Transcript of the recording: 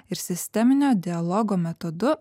ir sisteminio dialogo metodu